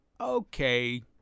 okay